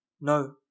no